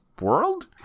world